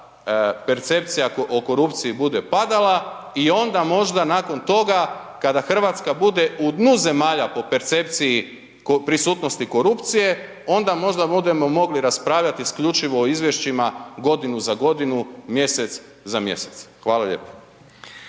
percepcija o korupciji bude padala i onda možda nakon toga kada Hrvatska bude u dnu zemalja po percepciji prisutnosti korupcije, onda možda budemo mogli raspravljati isključivo o izvješćima godinu za godinu, mjesec za mjesec. Hvala lijepo.